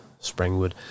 Springwood